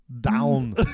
down